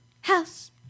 House